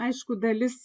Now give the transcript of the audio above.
aišku dalis